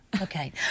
okay